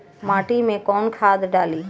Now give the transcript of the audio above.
माटी में कोउन खाद डाली?